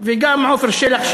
וגם עפר שלח,